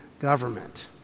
government